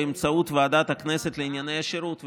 באמצעות ועדת הכנסת לענייני השירות.